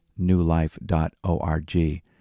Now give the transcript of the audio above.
newlife.org